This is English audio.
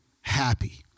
happy